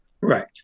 right